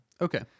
okay